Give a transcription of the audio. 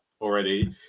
already